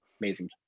amazing